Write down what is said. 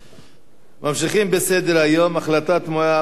נעבור להצעות לסדר-היום בנושא: החלטת מועצת זכויות